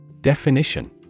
Definition